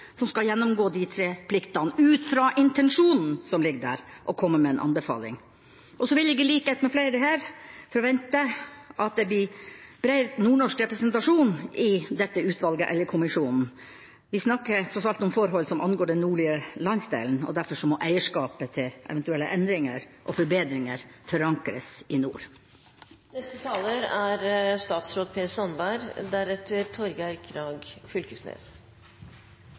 som skal gjennomgå de tre pliktene, ut fra intensjonen som ligger der, og komme med en anbefaling. Så vil jeg, i likhet med flere her, forvente at det blir bred nordnorsk representasjon i denne kommisjonen. Vi snakker tross alt om forhold som angår den nordlige landsdelen, og derfor må eierskapet til eventuelle endringer og forbedringer forankres i